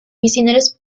misioneros